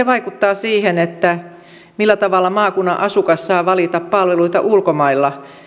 vaikuttaa siihen millä tavalla maakunnan asukas saa valita palveluita ulkomailla